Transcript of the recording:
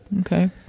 Okay